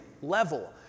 level